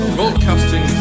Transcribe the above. Broadcasting